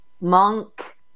monk